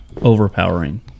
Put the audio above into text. overpowering